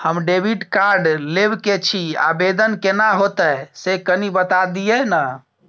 हम debit card लेब के छि, आवेदन केना होतै से कनी बता दिय न?